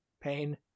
Pain